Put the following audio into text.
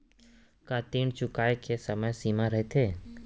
का ऋण चुकोय के समय सीमा रहिथे?